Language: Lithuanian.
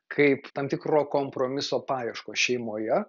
kaip tam tikro kompromiso paieškos šeimoje